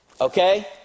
Okay